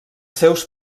seus